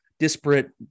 Disparate